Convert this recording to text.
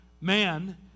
man